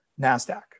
NASDAQ